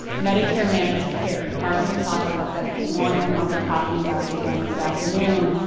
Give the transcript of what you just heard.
medicare-managed care. marshall talked about that this morning i'll be talking about it again this afternoon.